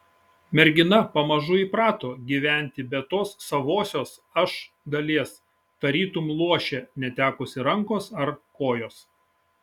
mergina pamažu įprato gyventi be tos savosios aš dalies tarytum luošė netekusi rankos ar kojos